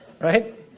Right